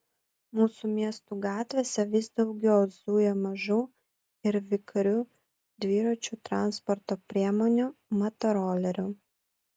mūsų miestų gatvėse vis daugiau zuja mažų ir vikrių dviračių transporto priemonių motorolerių